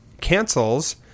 cancels